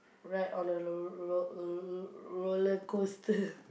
ride on a lo~ roll uh l~ roller-coaster